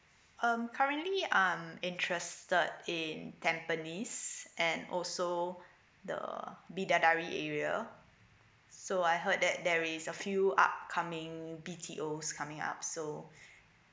um currently I'm interested in tampines and also the uh bidadari area so I heard that there is a few upcoming B_T_O coming up so